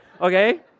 Okay